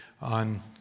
on